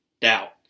doubt